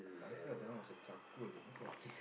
I thought that one was a charcoal you know